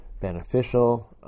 beneficial